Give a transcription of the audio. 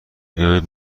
بیایید